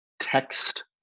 text